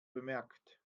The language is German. bemerkt